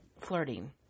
flirting